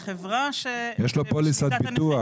יש לו פוליסת ביטוח,